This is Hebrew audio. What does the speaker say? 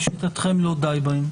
לשיטתכם, לא די בהם?